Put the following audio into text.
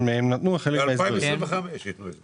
הניסיון שיש לנו עם משרד הביטחון הוא ניסיון מסוג שונה.